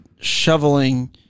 shoveling